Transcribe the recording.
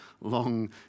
long